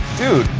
dude,